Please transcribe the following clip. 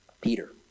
Peter